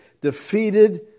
defeated